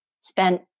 spent